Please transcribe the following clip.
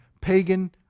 pagan